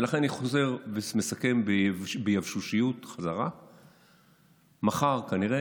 ולכן אני חוזר ומסכם ביבשושיות: מחר כנראה